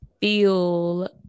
feel